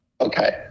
Okay